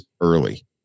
early